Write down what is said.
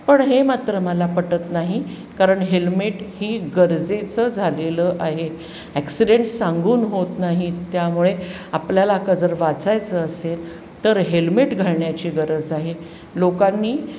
पण हे मात्र मला पटत नाही कारण हेल्मेट ही गरजेचं झालेलं आहे ॲक्सिडेंट सांगून होत नाहीत त्यामुळे आपल्याला का जर वाचायचं असेल तर हेल्मेट घालण्याची गरज आहे लोकांनी